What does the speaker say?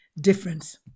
difference